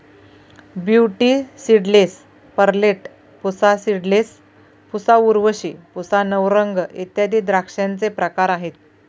beauty seedless, Perlette, Pusa seedless, Pusa Urvashi, Pusa Navrang इत्यादी द्राक्षांचे प्रकार आहेत